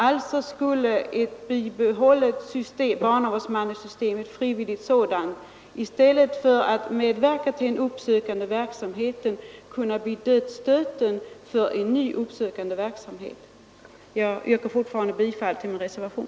Alltså skulle ett frivilligt barnavårdsmannasystem i stället för att medverka till den uppsökande verksamheten kunna bli dödsstöten för en sådan verksamhet. Jag yrkar fortfarande bifall till min reservation.